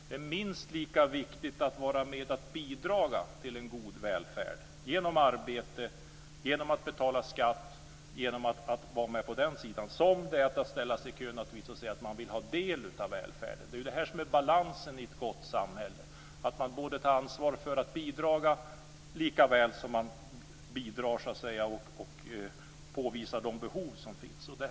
Det är minst lika viktigt att vara med att bidra till en god välfärd genom arbete och att betala skatt som det är att ställa sig i kö och säga att man vill ha del av välfärden. Det är balansen i ett gott samhälle. Man tar både ansvar för att bidra likaväl som man bidrar genom att påvisa de behov som finns.